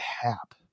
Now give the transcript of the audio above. hap